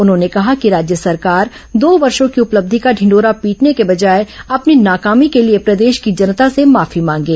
उन्होंने कहा कि राज्य सरकार दो वर्षों की उपलब्धि का ढिंढोरा पीटने के बजाय अपनी नाकामी के लिए प्रदेश की जनता से माफी मांगे